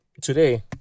today